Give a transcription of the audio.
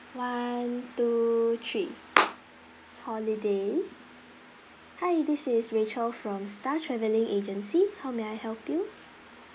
one two three holiday hi this is rachel from star travelling agency how may I help you